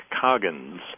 Coggins